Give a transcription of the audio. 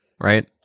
right